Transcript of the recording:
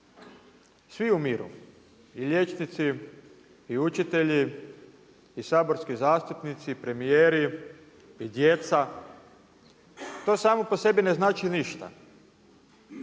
Svi umiru i liječnici i učitelji i saborski zastupnici, premjeri, djeca, to samo po sebi ne znači ništa.